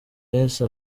yesu